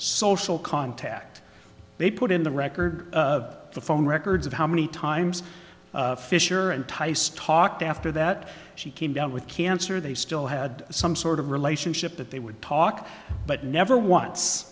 social contact they put in the record of the phone records of how many times fischer enticed talked after that she came down with cancer they still had some sort of relationship but they would talk but never once